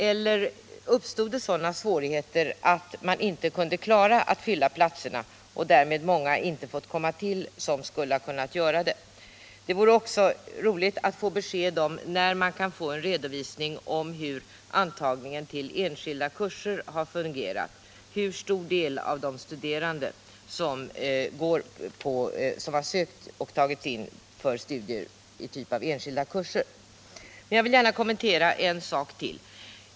Eller uppstod sådana svårigheter att man inte kunde klara att fylla platserna och att därmed många som skulle ha kunnat göra det inte fått komma in på utbildningen? Det vore också intressant att få besked om när vi kan få en redovisning av hur antagningen till enskilda kurser har fungerat, dvs. hur stor del av de studerande som sökt och tagits in till studier i enskilda kurser. Jag vill gärna kommentera en sak till.